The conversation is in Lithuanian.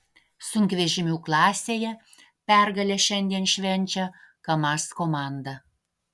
sunkvežimių klasėje pergalę šiandien švenčia kamaz komanda